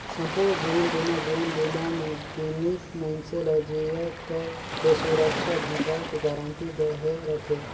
संपूर्न जीवन बीमा जीवन बीमा मे बीमित मइनसे ल जियत ले सुरक्छा भेंटाय के गारंटी दहे रथे